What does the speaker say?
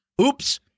Oops